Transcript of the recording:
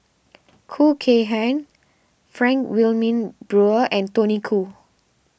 Khoo Kay Hian Frank Wilmin Brewer and Tony Khoo